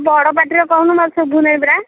ବଡ଼ ପାଟିରେ କହୁନୁ ମୋର ଶୁଭୁ ନାଇ ପରା